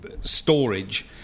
storage